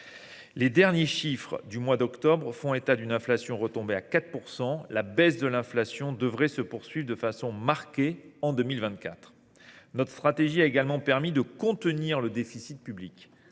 Les derniers chiffres du mois d’octobre font état d’une inflation retombée à 4 %. La baisse de l’inflation devrait se poursuivre de façon marquée en 2024. Notre stratégie a également permis de contenir le déficit public.